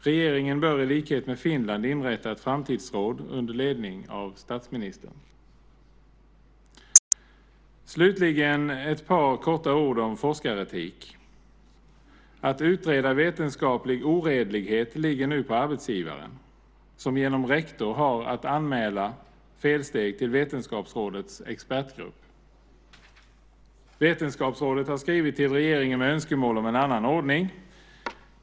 Regeringen bör i likhet med Finland inrätta ett framtidsråd under ledning av statsministern. Slutligen ska jag säga några ord om forskaretik. Att utreda vetenskaplig oredlighet ligger nu på arbetsgivaren, som genom rektor har att anmäla felsteg till Vetenskapsrådets expertgrupp. Vetenskapsrådet har skrivit till regeringen och framfört önskemål om en annan ordning.